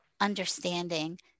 understanding